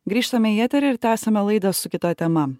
grįžtame į eterį ir tęsiame laidą su kita tema